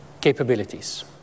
capabilities